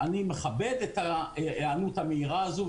אני מכבד את ההיענות המהירה הזו,